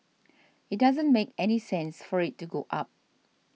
it doesn't make any sense for it to go up